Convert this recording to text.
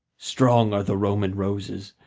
strong are the roman roses,